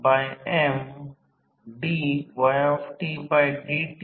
आता volt ampere rating ची तुलना 2 टू वाइंडिंग ट्रान्सफॉर्मर म्हणून करू